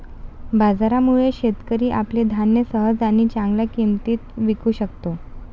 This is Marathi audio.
बाजारामुळे, शेतकरी आपले धान्य सहज आणि चांगल्या किंमतीत विकू शकतो